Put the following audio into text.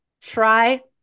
Try